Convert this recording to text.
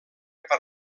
per